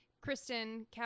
Kristen